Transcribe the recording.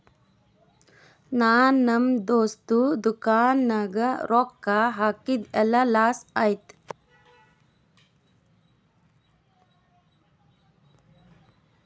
ನಾ ನಮ್ ದೋಸ್ತದು ದುಕಾನ್ ನಾಗ್ ರೊಕ್ಕಾ ಹಾಕಿದ್ ಎಲ್ಲಾ ಲಾಸ್ ಆಯ್ತು